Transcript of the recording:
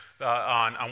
on